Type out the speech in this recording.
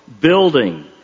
building